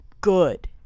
good